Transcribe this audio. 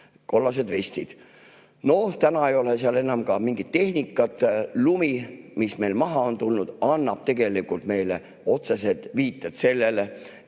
kollased vestid. Noh, täna ei ole seal enam ka mingit tehnikat. Lumi, mis maha on tulnud, annab meile otsesed viited,